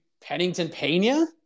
Pennington-Pena